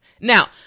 Now